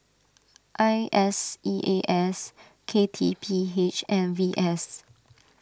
I S E A S K T P H and V S